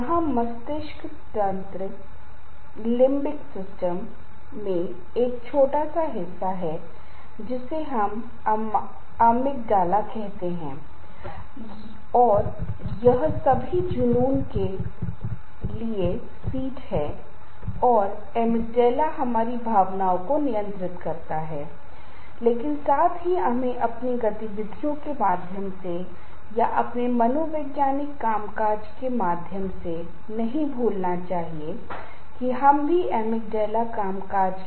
यहाँ मैंने एक प्रश्नावली दिया है जिसे आप इसे आज़मा सकते हैं और देख सकते हैं कि आप कितने तनावपूर्ण हैं और तदनुसार आप एक ऐसी तकनीक के बारे में सोचते हैं जो आपके लिए उपयुक्त होगी और स्वयं अभ्यास करें और यदि आप इसे अपने लिए करते हैं अपने तनाव को नियंत्रित कर सकते हैं और आप अपने स्वयं के भाग्य का ध्यान रखेंगे और तनाव से छुटकारा पा सकते हैं और समुदाय में एक भावी कर्मचारी या भावी व्यक्ति हो सकते हैं क्योंकि तनाव जीवन के हर क्षेत्र में हमारे प्रदर्शन को बिगाड़ता है